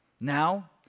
Now